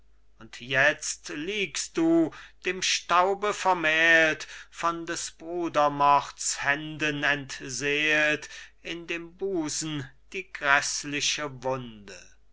und jetzt liegst du dem staube vermählt von des brudermords händen entseelt in dem busen die gräßliche wunde